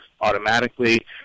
automatically